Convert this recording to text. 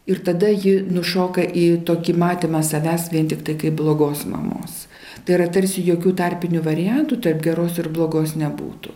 ir tada ji nušoka į tokį matymą savęs vien tiktai kaip blogos mamos tai yra tarsi jokių tarpinių variantų tarp geros ir blogos nebūtų